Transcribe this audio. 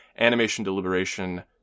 animationdeliberation